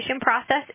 process